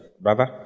brother